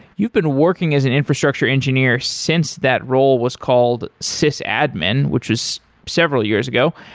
you've been working as an infrastructure engineer since that role was called sysadmin, which was several years ago.